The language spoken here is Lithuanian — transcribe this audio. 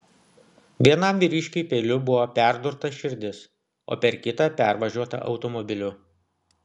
vienam vyriškiui peiliu buvo perdurta širdis o per kitą pervažiuota automobiliu